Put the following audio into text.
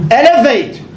elevate